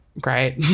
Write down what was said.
Great